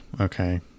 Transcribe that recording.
okay